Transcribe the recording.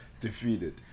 defeated